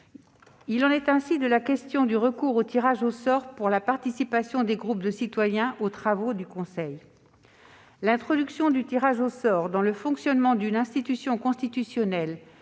Il en est ainsi de la question du recours au tirage au sort pour la participation des groupes de citoyens aux travaux du CESE. L'introduction d'un tel processus dans le fonctionnement d'une institution constitutionnelle,